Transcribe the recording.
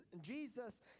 Jesus